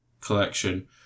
Collection